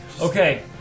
Okay